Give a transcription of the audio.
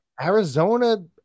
Arizona